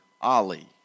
Ali